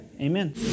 amen